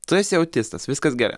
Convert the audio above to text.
tu esi autistas viskas gerai